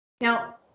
Now